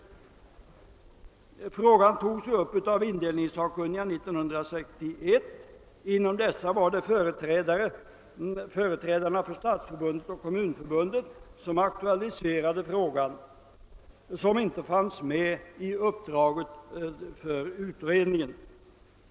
Frågan togs upp av indelningssakkunniga 1961; det var företrädarna för Stadsförbundet och Kommunförbundet som aktualiserade frågan, som inte fanns med i uppdraget för utredningen.